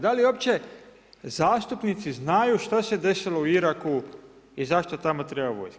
Da li uopće zastupnici znaju šta se desilo u Iraku i zašto tamo treba vojska?